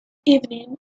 evening